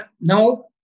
Now